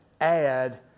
add